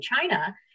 China